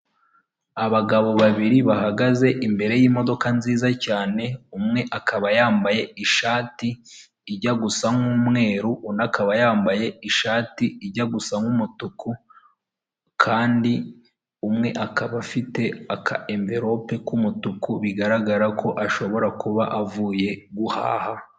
Abagabo babiri bahagaze imbere yimodoka nziza cyane, umwe akaba yambaye ishati ijya gusa nk'umweru, undi akaba yambaye ishati ijya gusa nk'umutuku kandi umwe akaba afite aka emvirope k'umutuku, bigaragara ko ashobora kuba avuye guhaha.